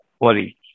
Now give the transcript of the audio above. worry